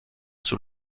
sous